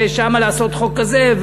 שם לעשות חוק כזה,